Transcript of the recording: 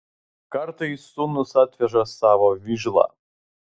kartais sūnus atveža savo vižlą